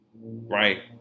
right